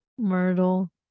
Myrtle